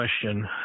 question